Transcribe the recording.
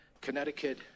Connecticut